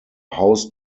house